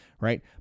right